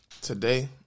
Today